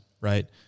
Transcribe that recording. right